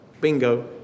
Bingo